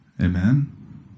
Amen